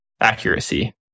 accuracy